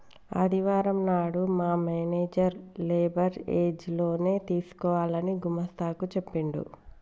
ఆదివారం నాడు మా మేనేజర్ లేబర్ ఏజ్ లోన్ తీసుకోవాలని గుమస్తా కు చెప్పిండు